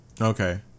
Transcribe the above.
Okay